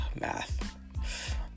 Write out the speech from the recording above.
math